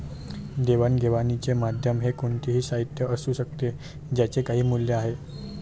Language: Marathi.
देवाणघेवाणीचे माध्यम हे कोणतेही साहित्य असू शकते ज्याचे काही मूल्य आहे